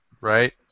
right